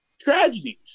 tragedies